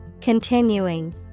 continuing